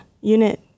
Unit